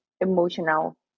emotional